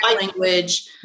language